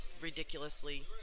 ridiculously